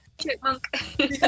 Chipmunk